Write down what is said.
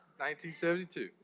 1972